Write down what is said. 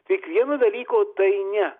tik vieno dalyko tai ne